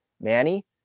Manny